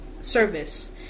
service